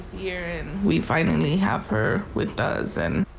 year and we finally have her with doesn't.